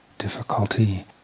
difficulty